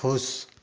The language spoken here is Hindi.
खुश